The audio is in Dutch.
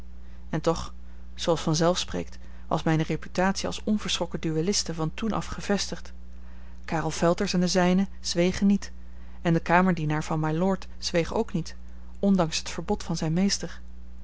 en toch zooals vanzelf spreekt was mijne reputatie als onverschrokken duelliste van toen af gevestigd karel felters en de zijnen zwegen niet en de kamerdienaar van mylord zweeg ook niet ondanks het verbod van zijn meester